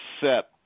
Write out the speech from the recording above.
set